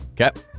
Okay